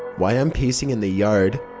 why i'm pacing in the yard.